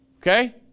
okay